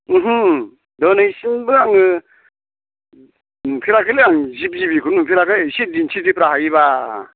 ओमहो दिनैसिमबो आङो नुफेराखैलै आं जिब जिबिखौनो नुफेराखै एसे दिन्थिदोरा हायोबा